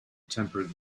temperate